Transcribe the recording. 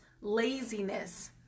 laziness